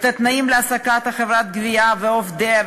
את התנאים להעסקת חברת הגבייה ועובדיה,